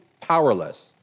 powerless